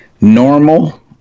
normal